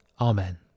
amen